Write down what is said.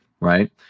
right